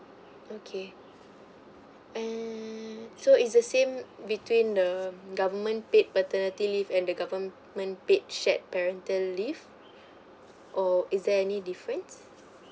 okay hmm so it's the same between the government paid paternity leave and the government paid check parental leave or is there any difference